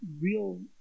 real